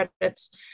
credits